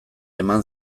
eman